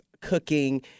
cooking